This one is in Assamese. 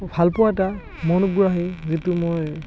ভালপোৱা এটা মনোগ্ৰাহী যিটো মই